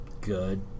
good